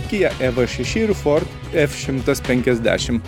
kia ev šeši ir ford f šimtas penkiasdešim